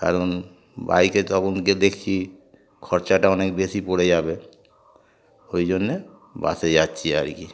কারণ বাইকে তখন দেখছি খরচাটা অনেক বেশি পড়ে যাবে ওই জন্যে বাসে যাচ্ছি আর কি